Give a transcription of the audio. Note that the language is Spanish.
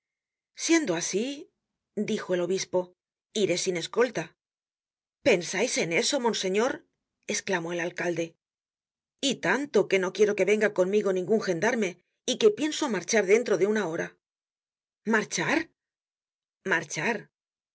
siendo así dijo el obispo iré sin escolta pensais en eso monseñor esclamó el alcalde y tanto que no quiero que venga conmigo ningun gendarme y que pienso marchar dentro de una hora marchar marchar